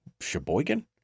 Sheboygan